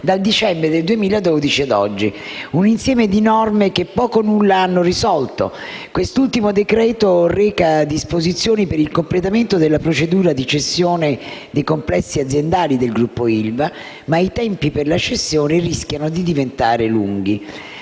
dal dicembre del 2012 a oggi. Un insieme di norme che poco o nulla hanno risolto. Quest'ultimo decreto-legge reca disposizioni per il completamento della procedura di cessione dei complessi aziendali del Gruppo ILVA, ma i tempi per la cessione rischiano di diventare lunghi,